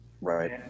Right